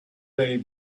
day